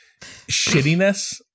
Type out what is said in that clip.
shittiness